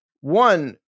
One